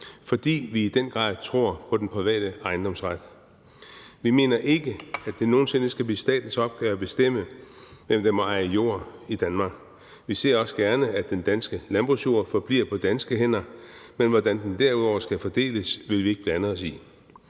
fordi vi i den grad tror på den private ejendomsret. Vi mener ikke, at det nogen sinde skal blive statens opgave at bestemme, hvem der må eje jord i Danmark. Vi ser også gerne, at den danske landbrugsjord forbliver på danske hænder, men hvordan den derudover skal fordeles, vil vi ikke blande os i.